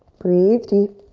breathe deep.